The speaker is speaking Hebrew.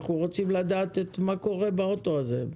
אנחנו רוצים לדעת מה קורה באוטו הזה.